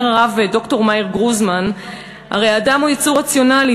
אומר הרב ד"ר מאיר גרוזמן: "הרי האדם הוא יצור רציונלי,